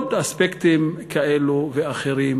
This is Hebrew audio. ובעוד אספקטים כאלו ואחרים,